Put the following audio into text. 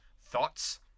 thoughts